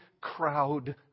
crowd